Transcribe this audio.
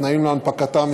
התנאים להנפקתם,